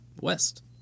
West